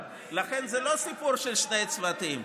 לכן זה לא סיפור של שני צוותים.